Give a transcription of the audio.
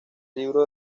libro